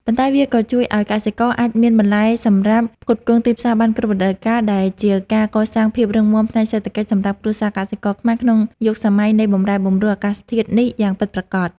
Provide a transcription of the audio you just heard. ប៉ុន្តែវាក៏ជួយឱ្យកសិករអាចមានបន្លែសម្រាប់ផ្គត់ផ្គង់ទីផ្សារបានគ្រប់រដូវកាល ដែលជាការកសាងភាពរឹងមាំផ្នែកសេដ្ឋកិច្ចសម្រាប់គ្រួសារកសិករខ្មែរក្នុងយុគសម័យនៃបម្រែបម្រួលអាកាសធាតុនេះយ៉ាងពិតប្រាកដ។